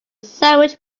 sandwich